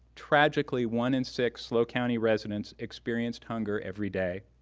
tragically, one in six slo county residents experienced hunger every day.